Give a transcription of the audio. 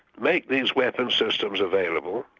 make these weapon systems available,